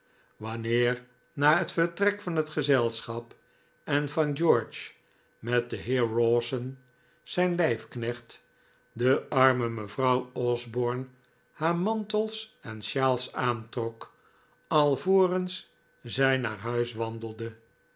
wanneer na het vertrek van het gezelschap en van george met den heer rowson zijn lijf knecht de arme mevrouw osborne haar mantels en sjaals aantrok alvorens zij naar huis wandelde